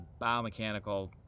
biomechanical